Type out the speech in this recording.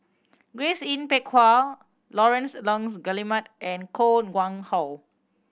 Grace Yin Peck Ha Laurence Nunns Guillemard and Koh Nguang How